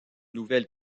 nouvelle